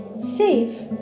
safe